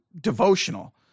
devotional